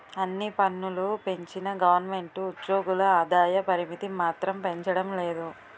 అన్ని పన్నులూ పెంచిన గవరమెంటు ఉజ్జోగుల ఆదాయ పరిమితి మాత్రం పెంచడం లేదు